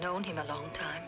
no one in a long time